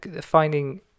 finding